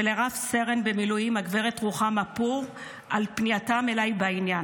ולרב-סרן במילואים הגב' רוחמה פור על פנייתם אליי בעניין.